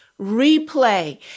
replay